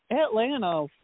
Atlanta